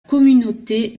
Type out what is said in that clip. communauté